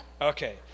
Okay